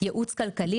ייעוץ כלכלי.